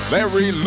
Larry